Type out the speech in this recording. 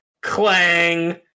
clang